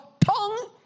tongue